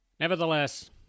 Nevertheless